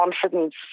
confidence